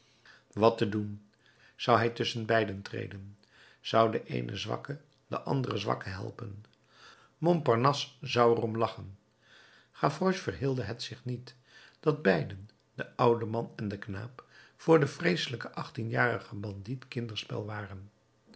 wat te doen zou hij tusschenbeide treden zou de eene zwakke den anderen zwakke helpen montparnasse zou er om lachen gavroche verheelde het zich niet dat beiden de oude man en de knaap voor den vreeselijken achttienjarigen bandiet kinderspel waren